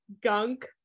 gunk